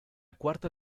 cuarta